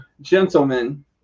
gentlemen